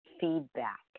feedback